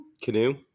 canoe